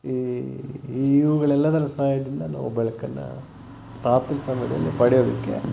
ಈ ಇವುಗಳೆಲ್ಲದರ ಸಹಾಯದಿಂದ ನಾವು ಬೆಳಕನ್ನು ರಾತ್ರಿ ಸಮಯದಲ್ಲಿ ಪಡೆಯೋದಕ್ಕೆ